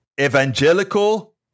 evangelical